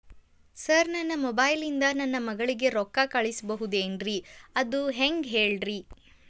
sir ನನ್ನ mobile ಇಂದ ನನ್ನ ಮಗಳಿಗೆ ರೊಕ್ಕಾ ಕಳಿಸಬಹುದೇನ್ರಿ ಅದು ಹೆಂಗ್ ಹೇಳ್ರಿ